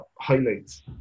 highlights